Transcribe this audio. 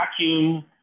vacuum